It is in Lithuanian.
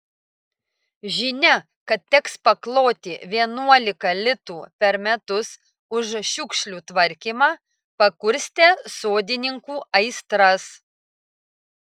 žinia kad teks pakloti vienuolika litų per metus už šiukšlių tvarkymą pakurstė sodininkų aistras